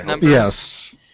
Yes